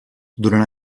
durant